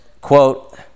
Quote